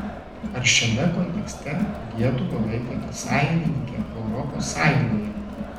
ar šiame kontekste lietuvą laikote sąjungininke europos sąjungoje